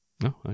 No